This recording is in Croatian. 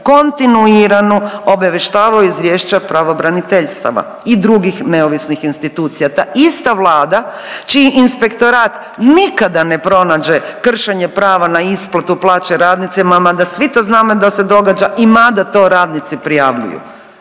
kontinuirano obavještavaju izvješća pravobraniteljstva i drugih neovisnih institucija. Ta ista Vlada čiji inspektorat nikada ne pronađe kršenje prava na isplatu plaće radnicima mada svi to znamo da se događa i mada to radnici prijavljuju.